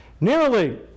Nearly